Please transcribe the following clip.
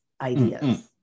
ideas